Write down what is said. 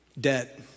debt